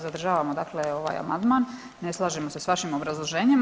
Zadržavamo, dakle ovaj amandman, ne slažemo se sa vašim obrazloženjem.